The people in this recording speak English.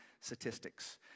statistics